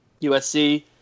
USC